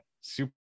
super